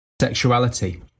sexuality